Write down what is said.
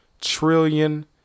trillion